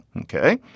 okay